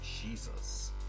Jesus